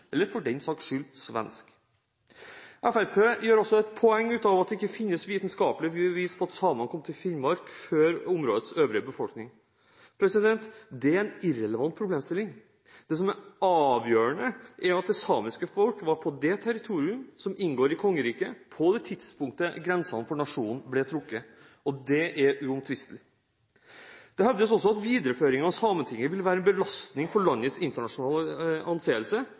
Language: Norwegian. eller norsk eller for den saks skyld svensk. Fremskrittspartiet gjør også et poeng av at det ikke finnes vitenskapelige bevis på at samene kom til Finnmark før områdets øvrige befolkning. Det er en irrelevant problemstilling. Det som er avgjørende, er at det samiske folk var på det territorium som inngår i kongeriket på det tidspunktet grensene for nasjonen ble trukket. Det er uomtvistelig. Det hevdes også at videreføringen av Sametinget vil være en belastning for landets internasjonale anseelse,